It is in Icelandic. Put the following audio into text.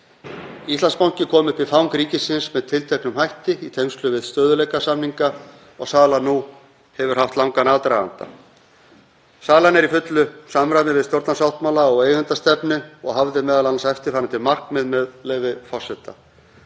Íslandsbanki kom í fang ríkisins með tilteknum hætti í tengslum við stöðugleikasamninga og salan nú hefur haft langan aðdraganda. Salan er í fullu samræmi við stjórnarsáttmála og eigendastefnu og hafði m.a. eftirfarandi markmið: Að minnka